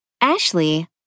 Ashley